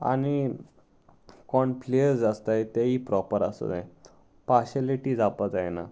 आनी कोण प्लेयर्स आसताय तेय प्रोपर आसू जाय पार्शलिटी जावपा जायना